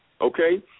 okay